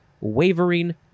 wavering